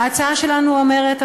ההצעה שלנו אומרת,